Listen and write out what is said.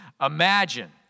Imagine